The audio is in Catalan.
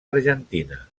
argentina